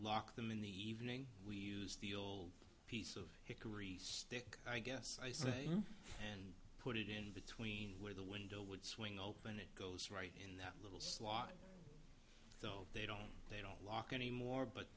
lock them in the evening we use the old piece of cories stick i guess i say and put it in between where the will would swing open it goes right in that little slot so they don't they don't lock anymore but